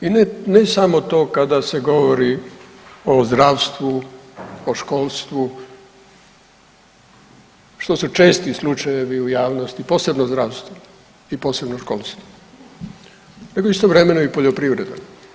I ne samo to kada se govori o zdravstvu, o školstvu što su česti slučajevi u javnosti, posebno zdravstvu i posebno školstvu, nego istovremeno i poljoprivreda.